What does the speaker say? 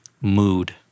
mood